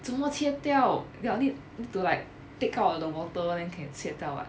怎么切掉 they only need to like take out of the water then can 切掉 [what]